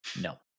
No